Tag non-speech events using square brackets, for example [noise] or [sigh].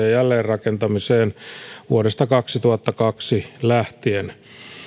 [unintelligible] ja jälleenrakentamiseen vuodesta kaksituhattakaksi lähtien